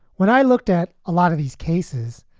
when i looked at a lot of these cases,